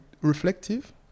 reflective